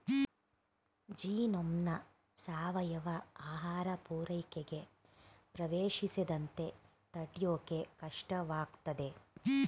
ಜೀನೋಮ್ನ ಸಾವಯವ ಆಹಾರ ಪೂರೈಕೆಗೆ ಪ್ರವೇಶಿಸದಂತೆ ತಡ್ಯೋಕೆ ಕಷ್ಟವಾಗ್ತದೆ